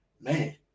man